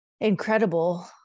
Incredible